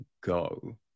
go